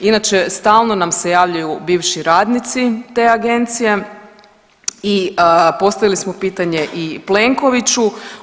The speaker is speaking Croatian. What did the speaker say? Inače stalno nam se javljaju bivši radnici te agencije i postavili smo pitanje i Plenkoviću.